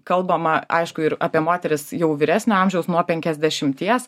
kalbama aišku ir apie moteris jau vyresnio amžiaus nuo penkiasdešimties